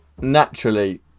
naturally